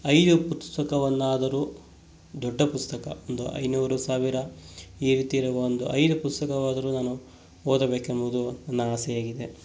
ಐದು ಪುಸ್ತಕವನ್ನಾದರೂ ದೊಡ್ಡ ಪುಸ್ತಕ ಒಂದು ಐನೂರು ಸಾವಿರ ಈ ರೀತಿ ಇರುವ ಒಂದು ಐದು ಪುಸ್ತಕವಾದರೂ ನಾನು ಓದಬೇಕೆಂಬುದು ನನ್ನ ಆಸೆಯಾಗಿದೆ